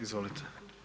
Izvolite.